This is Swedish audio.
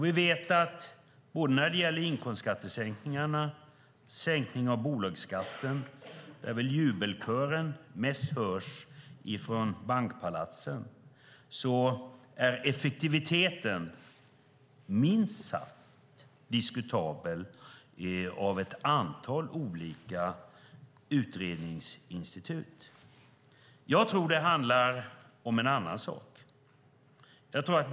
Vi vet att när det gäller inkomstskattesänkningarna och sänkningen av bolagsskatten - där väl jubelkören mest hörs ifrån bankpalatsen - är effektiviteten minst sagt diskutabel, vilket visats av ett antal olika utredningsinstitut. Jag tror att det handlar om en annan sak.